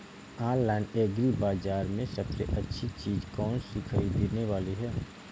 Online agri बाजार में सबसे अच्छी चीज कौन सी ख़रीदने वाली है?